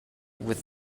with